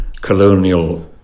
colonial